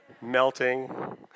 melting